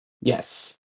Yes